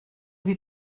wie